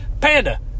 Panda